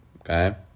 okay